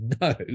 no